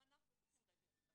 גם אנחנו צריכים רשת ביטחון.